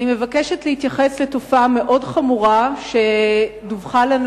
אני מבקשת להתייחס לתופעה מאוד חמורה שדווחה לנו